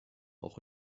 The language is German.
auch